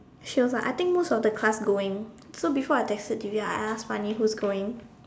she was like I think most of the class going so before I texted Divya I ask Mani who was going